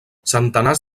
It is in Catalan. centenars